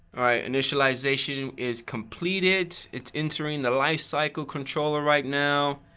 initialization is completed, it's entering the lifecycle controller right now.